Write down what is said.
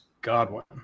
Godwin